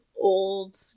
old